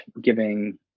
giving